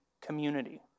community